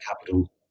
capital